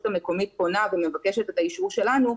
המקומית פונה ומבקשת את האישור שלנו,